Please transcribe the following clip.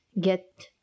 get